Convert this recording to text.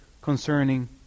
concerning